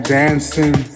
dancing